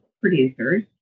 producers